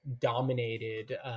dominated